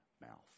mouth